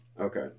okay